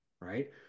right